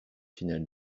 finale